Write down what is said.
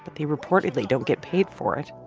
but they reportedly don't get paid for it.